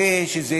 זה שזה